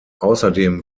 außerdem